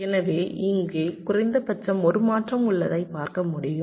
எனவே இங்கே குறைந்தபட்சம் ஒரு மாற்றம் உள்ளதை பார்க்க முடியும்